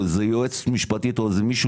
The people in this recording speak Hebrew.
לא איזה יועצת משפטית או איזה מישהו